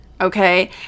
okay